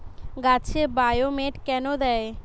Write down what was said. গাছে বায়োমেট কেন দেয়?